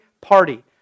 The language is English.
party